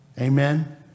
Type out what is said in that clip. Amen